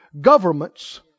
Governments